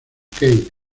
kate